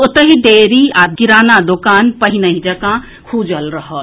ओतहि डेयरी आ किराना दोकान पहिनहिं जकाँ खुजल रहत